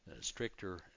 stricter